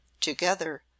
Together